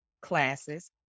classes